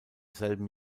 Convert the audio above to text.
selben